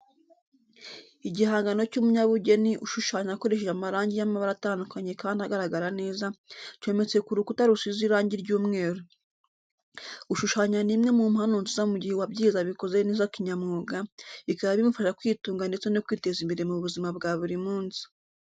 Igihangano cy'umunyabugeni ushushanya akoresheje amarangi y'amabara atandukanye kandi agaragara neza, cyometse ku rukuta rusize irangi ry'umweru. Gushushanya ni imwe mu mpano nziza mu gihe uwabyize abikoze neza kinyamwuga, bikaba bimufasha kwitunga ndetse no kwiteza imbere mu buzima bwa buri munsi.